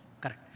Correct